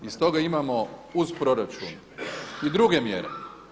I stoga imamo uz proračun i druge mjere.